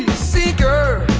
seeker, i